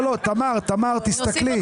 לא, תמר, תמר, תסתכלי.